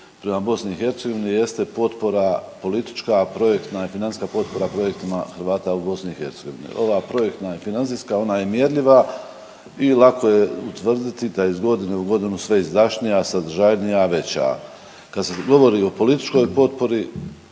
vidova odnosa RH prema BiH jeste potpora politička, projektna i financijska potpora Hrvata u BiH. Ova projektna i financijska, ona je mjerljiva i lako je tvrditi da iz godine u godinu sve izdašnija, sadržajnija, veća. Kad se govori o političkoj potpori,